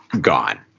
gone